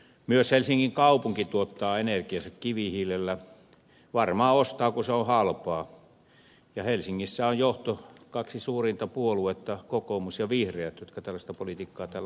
myös helsingin kaupunki tuottaa energiansa kivihiilellä varmaan ostaa kun se on halpaa ja helsingin johdossa kaksi suurinta puoluetta ovat kokoomus ja vihreät jotka tällaista politiikkaa täällä harrastavat